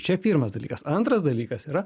čia pirmas dalykas antras dalykas yra